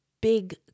big